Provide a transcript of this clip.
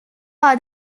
are